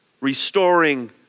restoring